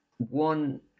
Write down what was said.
one